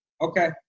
Okay